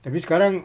tapi sekarang